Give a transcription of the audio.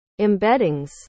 embeddings